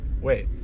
Wait